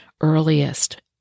earliest